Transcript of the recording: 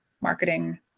marketing